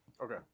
okay